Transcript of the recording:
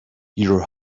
your